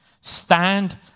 stand